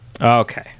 Okay